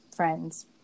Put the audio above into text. friends